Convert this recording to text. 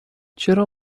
چرا